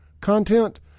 content